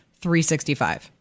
365